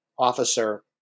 officer